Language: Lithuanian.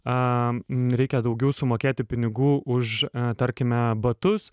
a reikia daugiau sumokėti pinigų už tarkime batus